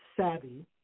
savvy